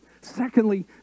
Secondly